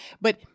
But-